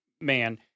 man